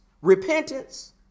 repentance